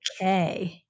Okay